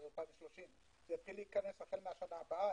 עד 2030. זה יתחיל להיכנס החל מהשנה הבאה.